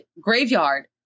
graveyard